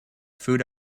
food